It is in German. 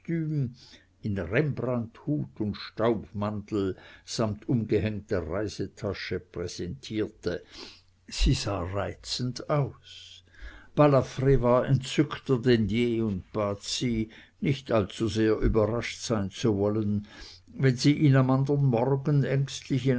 in rembrandthut und staubmantel samt umgehängter reisetasche präsentierte sie sah reizend aus balafr war entzückter denn je und bat sie nicht allzu sehr überrascht sein zu wollen wenn sie ihn am andern morgen ängstlich